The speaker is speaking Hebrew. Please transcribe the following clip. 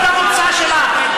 תני כבוד למוצא שלך.